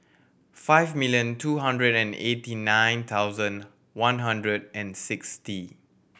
five million two hundred and eighty nine thousand one hundred and sixty